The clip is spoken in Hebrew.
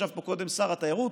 ישב פה קודם שר התיירות,